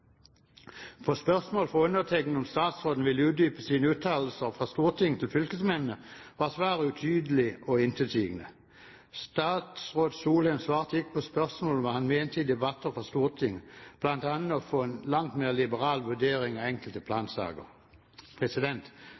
utdype sine uttalelser fra Stortinget til fylkesmennene, var svaret utydelig og intetsigende. Statsråd Solheim svarte ikke på spørsmålet om hva han mente i debatter i Stortinget, bl.a. å få en langt mer liberal vurdering av enkelte plansaker.